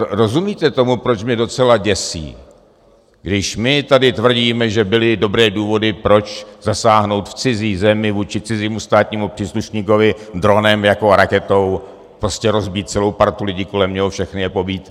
Rozumíte tomu, proč mě docela děsí, když my tady tvrdíme, že byly dobré důvody, proč zasáhnout v cizí zemi vůči cizímu státnímu příslušníkovi dronem jako raketou, prostě rozbít celou partu lidí kolem něho, všechny je pobít?